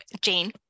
jane